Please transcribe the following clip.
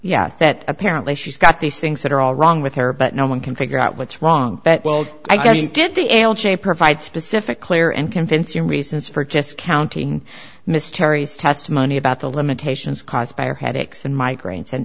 yes that apparently she's got these things that are all wrong with her but no one can figure out what's wrong but well i guess she did provide specific clear and convincing reasons for discounting misteries testimony about the limitations caused by her headaches and migraines and